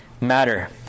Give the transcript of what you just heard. matter